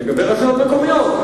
לגבי רשויות מקומיות.